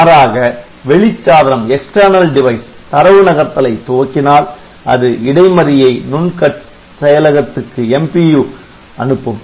மாறாக வெளிச்சாதனம் தரவு நகர்த்தலை துவக்கினால் அது இடைமறியை நுண் செயலகத்துக்கு அனுப்பும்